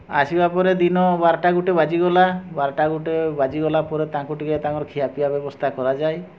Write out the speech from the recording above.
ଆସିବା ପରେ ଦିନ ବାରଟା ଗୋଟେ ବାଜିଗଲା ବାରଟା ଗୋଟେ ବାଜିଗଲା ପରେ ତାଙ୍କୁ ଟିକିଏ ତାଙ୍କର ଖିଆପିଆ ବ୍ୟବସ୍ଥା କରାଯାଏ